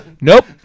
Nope